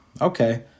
Okay